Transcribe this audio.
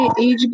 age